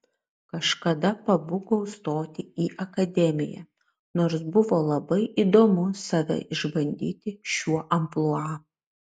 kažkada pabūgau stoti į akademiją nors buvo labai įdomu save išbandyti šiuo amplua